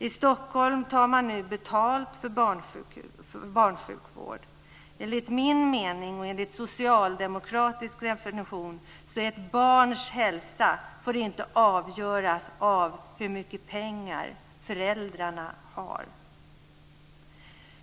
I Stockholm tar man nu betalt för barnsjukvård. Enligt min mening och enligt socialdemokratisk definition får ett barns hälsa inte avgöras av hur mycket pengar föräldrarna har.